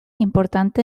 importante